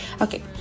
okay